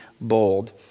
bold